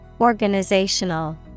Organizational